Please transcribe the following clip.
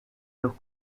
los